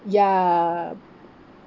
ya